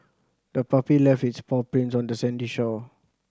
the puppy left its paw prints on the sandy shore